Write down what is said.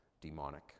demonic